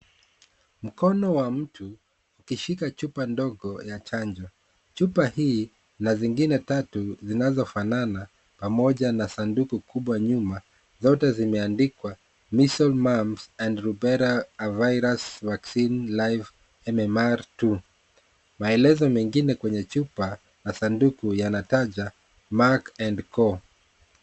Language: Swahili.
Mkono wa mtu ukishika chupa ndogo ya chanjo. Chupa hii na zingine tatu zinazo fanana pamoja na sanduku kubwa nyuma zote zimeandikwa measles mumps and rubella a virus vaccine live mmr 2 maelezo mengine kwenye chupa na sanduku yanataja Mark & Co.